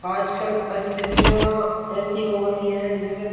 आजकल परिस्थितियाँ ऐसी हो गई हैं जैसे